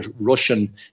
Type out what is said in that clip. Russian